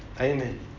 Amen